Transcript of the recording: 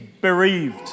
bereaved